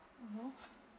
mmhmm